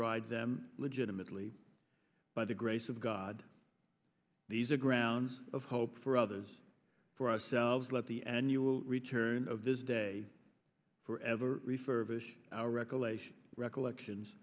ride them legitimately by the grace of god these are grounds of hope for others for ourselves let the annual return of this day forever refurbish our recollection